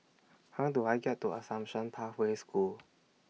How Do I get to Assumption Pathway School